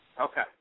Okay